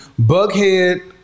Bughead